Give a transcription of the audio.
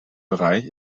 bereich